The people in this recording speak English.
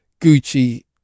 Gucci